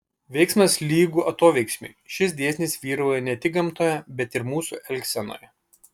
veiksmas lygu atoveiksmiui šis dėsnis vyrauja ne tik gamtoje bet ir mūsų elgsenoje